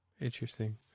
interesting